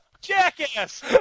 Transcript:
jackass